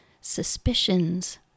suspicions